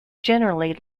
generally